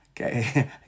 okay